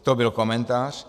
To byl komentář.